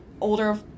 older